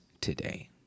today